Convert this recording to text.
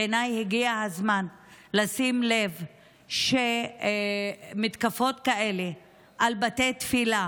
בעיניי הגיע הזמן לשים לב שמתקפות כאלה על בתי תפילה